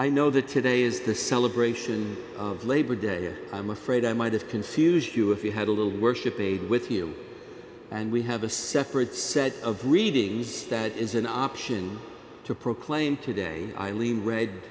i know that today is the celebration of labor day i'm afraid i might have confused you if you had a little worship aid with you and we have a separate set of readings that is an option to proclaim today eileen read